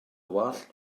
wallt